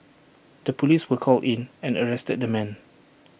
the Police were called in and arrested the man